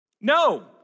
No